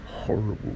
horrible